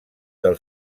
del